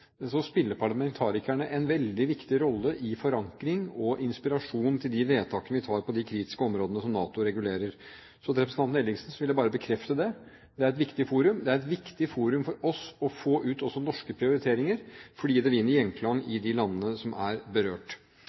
vedtakene vi gjør på de kritiske områdene som NATO regulerer. Så til representanten Ellingsen vil jeg bare bekrefte det: Det er et viktig forum. Det er viktig forum for oss å få ut også norske prioriteringer, fordi det vinner gjenklang i de landene som er berørt.